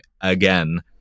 again